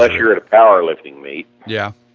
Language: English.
like you are to powerlifting meet yeah